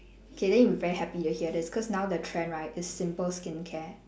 okay then you very happy to hear this cause now the trend right is simple skincare